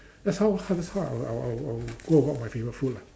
that's how I'll I'll I'll go about my favorite food lah